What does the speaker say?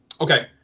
Okay